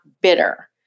bitter